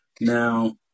Now